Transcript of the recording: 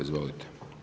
Izvolite.